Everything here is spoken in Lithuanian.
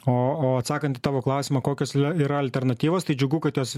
o o atsakant į tavo klausimą kokios yra alternatyvos tai džiugu kad jos